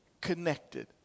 connected